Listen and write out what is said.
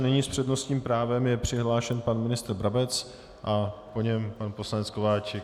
Nyní s přednostním právem je přihlášen pan ministr Brabec a po něm pan poslanec Kováčik.